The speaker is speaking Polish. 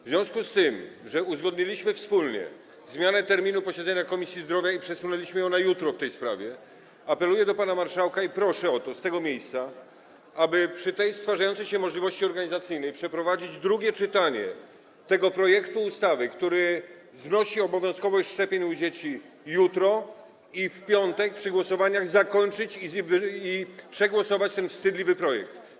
W związku z tym, że wspólnie uzgodniliśmy zmianę terminu posiedzenia Komisji Zdrowia w tej sprawie i przesunęliśmy go na jutro, apeluję do pana marszałka - i proszę o to z tego miejsca - aby przy tej stwarzającej się możliwości organizacyjnej przeprowadzić drugie czytanie tego projektu ustawy, który znosi obowiązkowość szczepień u dzieci, jutro i w piątek, przy głosowaniach, zakończyć to, przegłosować ten wstydliwy projekt.